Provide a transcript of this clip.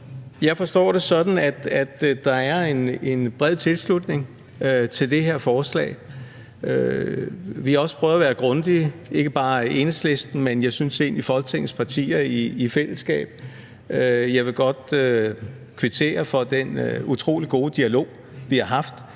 jeg forstår det sådan, at der er en bred tilslutning til det her forslag. Vi har også prøvet at være grundige – ikke bare i Enhedslisten, men egentlig i Folketingets partier i fællesskab, synes jeg. Jeg vil godt kvittere for den utrolig gode dialog, vi har haft